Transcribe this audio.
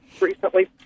recently